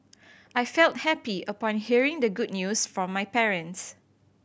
I felt happy upon hearing the good news from my parents